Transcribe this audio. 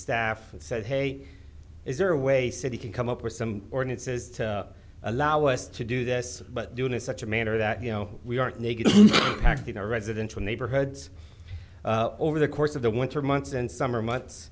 staff and said hey is there a way city can come up with some ordinances to allow us to do this but do in a such a manner that you know we are negative impact in our residential neighborhoods over the course of the winter months and summer months